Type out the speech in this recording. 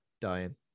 dying